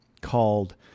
called